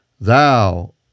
Thou